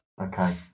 Okay